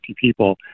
people